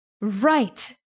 right